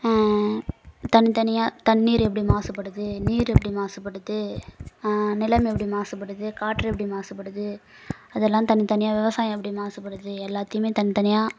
தனி தனியாக தண்ணீர் எப்படி மாசுபடுது நீர் எப்படி மாசுபடுது நிலம் எப்படி மாசுபடுது காற்று எப்படி மாசுபடுது அதெல்லாம் தனி தனியாக விவசாயம் எப்படி மாசுபடுது எல்லாத்தையுமே தனி தனியாக